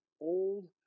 old